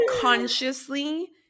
consciously